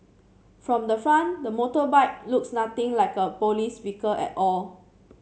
from the front the motorbike looks nothing like a police vehicle at all